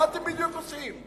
מה אתם בדיוק עושים?